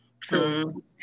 true